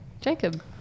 Jacob